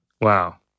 Wow